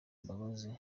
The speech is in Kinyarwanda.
mbabazi